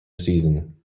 season